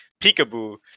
peekaboo